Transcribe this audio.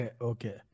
Okay